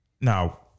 Now